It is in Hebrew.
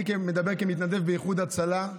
אני מדבר כמתנדב באיחוד הצלה.